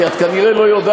כי את כנראה לא יודעת,